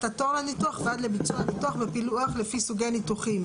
התור לניתוח ועד לביצוע הניתוח בפילוח לפי סוגי ניתוחים.